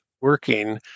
working